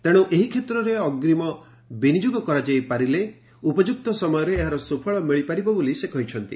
ତେଣୁ ଏହି କ୍ଷେତ୍ରରେ ଅଗ୍ରୀମ ବିନିଯୋଗ କରାଯାଇ ପାରିଲେ ଉପଯୁକ୍ତ ସମୟରେ ଏହାର ସୁଫଳ ମିଳିପାରିବ ବୋଲି ସେ କହିଛନ୍ତି